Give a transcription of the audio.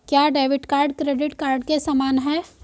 क्या debit card credit card के समान है?